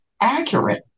accurate